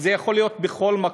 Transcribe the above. וזה יכול להיות בכל מקום.